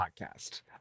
podcast